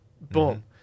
Boom